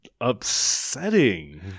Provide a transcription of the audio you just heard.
upsetting